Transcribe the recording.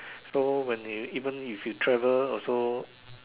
so when you even if you travel also